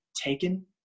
taken